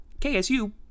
KSU